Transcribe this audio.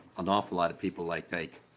an awful lot of people like ike.